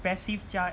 passive 加